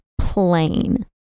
plain